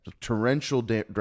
torrential